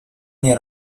nie